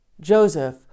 Joseph